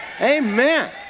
Amen